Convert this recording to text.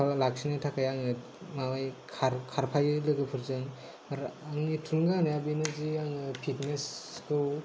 लाखिनो थाखाय आङो माबायो खारफायो लोगोफोरजों आरो आंनि थुलुंगा होनाया बेनो जे आङो फिटनेस खौ